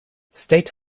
state